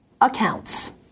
accounts